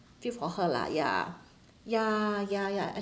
feel for her lah ya ya ya ya